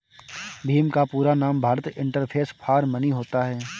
भीम का पूरा नाम भारत इंटरफेस फॉर मनी होता है